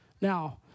Now